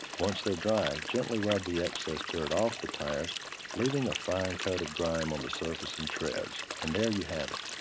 once they're dry, gently rub the excess dirt off the tires leaving a fine coat of grime on the surface and treads. and there you have it.